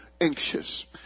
anxious